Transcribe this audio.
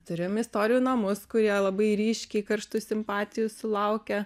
turim istorijų namus kurie labai ryškiai karštų simpatijų sulaukia